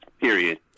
period